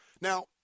now